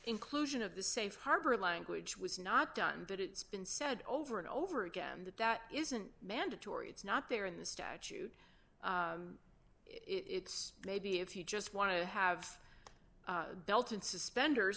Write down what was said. inclusion of the safe harbor language was not done but it's been said over and over again that that isn't mandatory it's not there in the statute it's maybe if you just want to have belt and suspenders